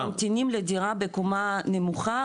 הם ממתינים לדירה בקומה נמוכה,